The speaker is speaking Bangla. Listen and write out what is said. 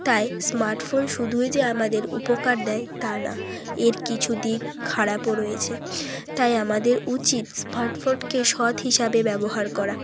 তাই স্মার্টফোন শুধুই যে আমাদের উপকার দেয় তা না এর কিছু দিক খারাপও রয়েছে তাই আমাদের উচিত স্মার্টফোনকে সৎ হিসাবে ব্যবহার করা